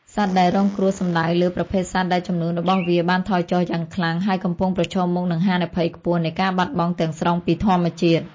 សត្វដែលរងគ្រោះសំដៅលើ ប្រភេទសត្វដែលចំនួនរបស់វាបានថយចុះយ៉ាងខ្លាំង ហើយកំពុងប្រឈមមុខនឹងហានិភ័យខ្ពស់នៃការបាត់បង់ទាំងស្រុងពីធម្មជាតិ។